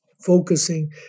focusing